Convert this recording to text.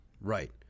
Right